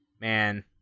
man